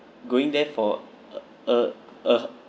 going there for a a a